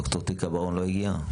ד"ר תיקה בר און לא הגיעה?